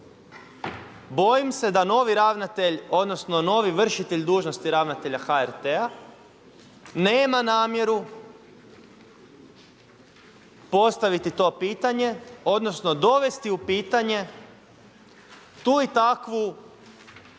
bojim se da novi ravnatelj, odnosno novi v.d. ravnatelja HRT-a nema namjeru postaviti to pitanje, odnosno dovesti u pitanje tu i takvu